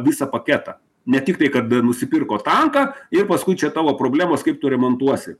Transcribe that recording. visą paketą ne tiktai kad nusipirko tanką ir paskui čia tavo problemos kaip tu remontuosi